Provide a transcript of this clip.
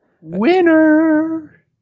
Winner